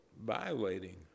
violating